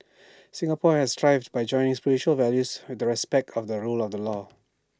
Singapore has thrived by joining spiritual values with the respect of the rule of the law